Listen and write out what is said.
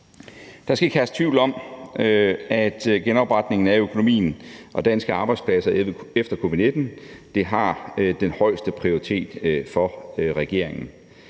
Der skal ikke herske tvivl om, at genopretning af økonomien og danske arbejdspladser efter covid-19 har den højeste prioritet for regeringen.